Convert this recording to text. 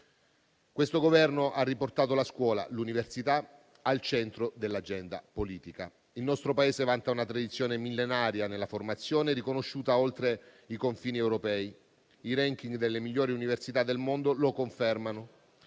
Questo Governo ha riportato la scuola e l'università al centro dell'agenda politica. Il nostro Paese vanta una tradizione millenaria nella formazione, riconosciuta oltre i confini europei, come confermano i *ranking* delle migliori università del mondo. Certo,